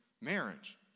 Marriage